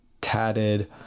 tatted